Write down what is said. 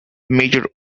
major